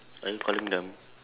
are you calling them